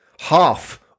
half